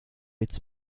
its